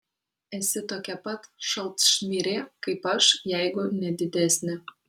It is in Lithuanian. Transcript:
esi tokia pat šalčmirė kaip aš jeigu ne didesnė